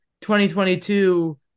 2022